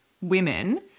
women